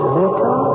little